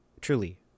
truly